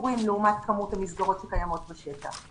ספורות לעומת כמות המסגרות הקיימות בשטח.